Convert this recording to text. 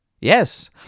Yes